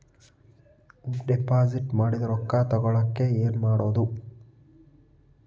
Deposit ಮಾಡಿದ ರೊಕ್ಕ ತಗೋಳಕ್ಕೆ ಏನು ಮಾಡೋದು?